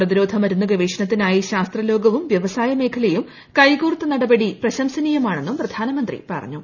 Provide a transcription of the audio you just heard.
പ്രതിരോധ മരുന്ന് ഗവേഷണത്തിനായി ശാസ്ത്രലോകവും വ്യവസായ മേഖലയും കൈകോർത്ത നടപടി പ്രശംസനീയമാണെന്നും പ്രധാനമന്ത്രി പറഞ്ഞു